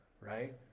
right